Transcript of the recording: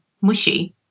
mushy